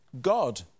God